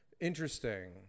interesting